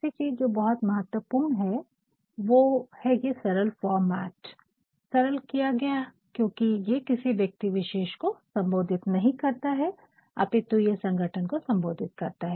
अब आखिरी चीज़ जो बहुत महत्वपूर्ण है वो है ये सरल फॉर्मेट सरल किया गया है क्योकि ये किसी व्यक्ति विशेष को सम्बोधित नहीं करता है अपितु ये संगठन को सम्बोधित करता है